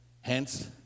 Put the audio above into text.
Hence